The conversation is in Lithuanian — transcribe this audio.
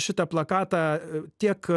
šitą plakatą tiek